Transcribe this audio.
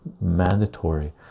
mandatory